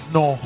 no